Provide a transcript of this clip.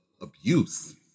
abuse